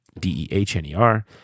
D-E-H-N-E-R